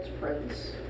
Prince